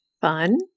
fun